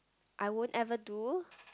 I won't ever do